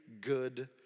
good